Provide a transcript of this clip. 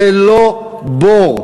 זה לא בור.